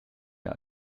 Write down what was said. ihr